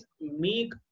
make